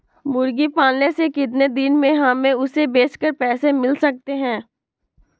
मुर्गी पालने से कितने दिन में हमें उसे बेचकर पैसे मिल सकते हैं?